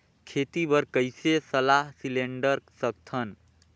खेती बर कइसे सलाह सिलेंडर सकथन?